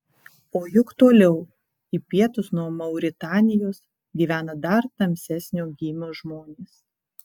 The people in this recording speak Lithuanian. o juk toliau į pietus nuo mauritanijos gyvena dar tamsesnio gymio žmonės